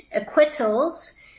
acquittals